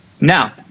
Now